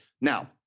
Now